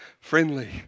Friendly